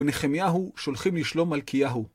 ונחמיהו שולחים לשלום מלכיהו.